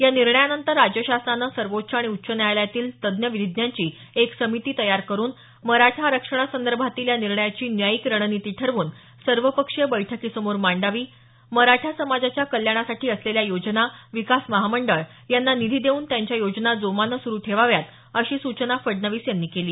या निर्णयानंतर राज्य शासनानं सर्वोच्च आणि उच्च न्यायालयातील तज्ज्ञ विधीज्ञांची एक समिती तयार करून मराठा आरक्षणासंदर्भातील या निर्णयाची न्यायिक रणनिती ठरवून सर्वपक्षीय बैठकीसमोर मांडावी मराठा समाजाच्या कल्याणासाठी असलेल्या योजना विकास महामंडळ यांना निधी देऊन त्यांच्या योजना जोमानं सुरु ठेवाव्यात अशी सूचना फडणवीस यावेळी केली